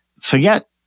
forget